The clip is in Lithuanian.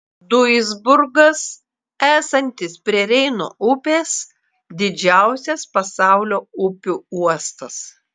duisburgas esantis prie reino upės didžiausias pasaulio upių uostas